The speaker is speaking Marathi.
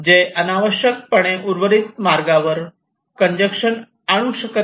जे अनावश्यकपणे उर्वरित मार्गापाथ वर कंजेशन आणू शकत नाही